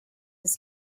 his